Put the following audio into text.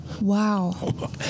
Wow